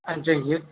اچھا جی